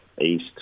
east